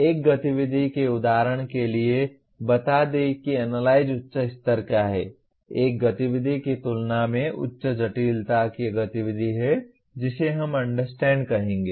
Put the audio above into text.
एक गतिविधि के उदाहरण के लिए बता दें कि एनालाइज उच्च स्तर का है एक गतिविधि की तुलना में उच्च जटिलता की गतिविधि है जिसे हम अंडरस्टैंड कहेंगे